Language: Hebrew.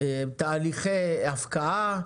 על תהליכי הפקעה,